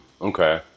okay